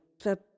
for